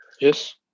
Yes